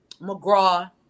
McGraw